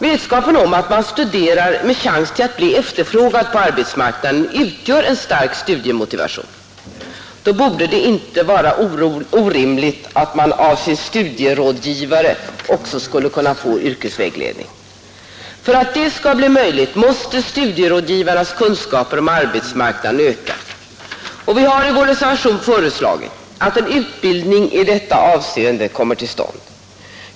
Vetskapen om att man studerar med chans till att bli efterfrågad på arbetsmarknaden utgör en stark studiemotivation. Det borde då inte heller vara orimligt att man av sin studierådgivare också skulle kunna få yrkesvägledning. För att detta skall bli möjligt måste studierådgivarnas kunskaper om arbetsmarknaden öka, och vi har i vår reservation föreslagit att en utbildning i detta avseende skall komma till stånd.